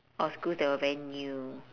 or schools that were very new